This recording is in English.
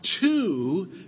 two